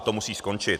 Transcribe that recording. A to musí skončit.